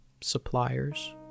suppliers